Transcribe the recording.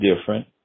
different